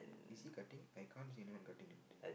is he cutting I can't see anyone cutting the tree